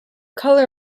color